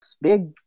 big